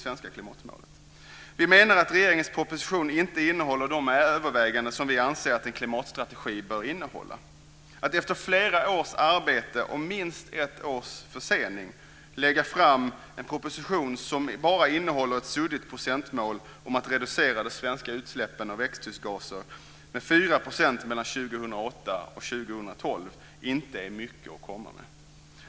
Vi menar att regeringens proposition inte innehåller de överväganden som vi anser att en klimatstrategi bör innehålla. Att efter flera års arbete och minst ett års försening lägga fram en proposition som bara innehåller ett suddigt procentmål - att reducera de svenska utsläppen av växthusgaser med 4 % mellan 2008 och 2012 - är inte mycket att komma med.